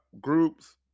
groups